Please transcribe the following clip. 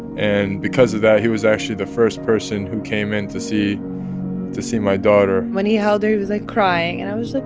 and because of that, he was actually the first person who came in to see to see my daughter when he held her, he was, like, crying and i was like,